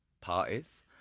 parties